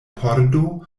pordo